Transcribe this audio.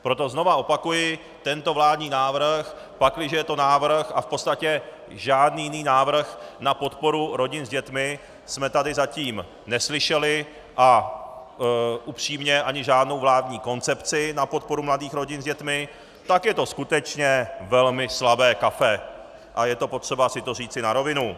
Proto znovu opakuji, tento vládní návrh, pakliže je to návrh, a v podstatě žádný jiný návrh na podporu rodin s dětmi jsme zatím neslyšeli a upřímně ani žádnou vládní koncepci na podporu mladých rodin s dětmi, tak je to skutečně velmi slabé kafe a je třeba si to říci na rovinu.